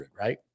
right